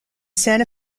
santa